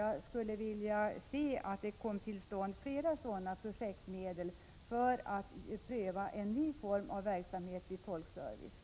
Jag skulle vilja se att det kom flera sådana projektmedel för att pröva en ny form av verksamhet med tolkservice.